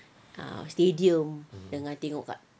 ah stadium dengan tengok dekat